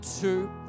two